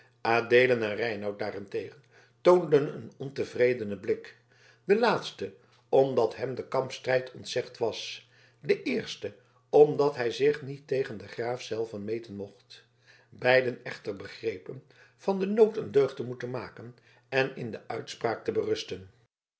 adeelen en reinout daarentegen toonden een ontevredenen blik de laatste omdat hem de kampstrijd ontzegd was de eerste omdat hij zich niet tegen den graaf zelven meten mocht beiden echter begrepen van den nood een deugd te moeten maken en in de uitspraak te berusten